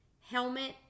helmet